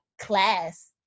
class